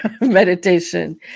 meditation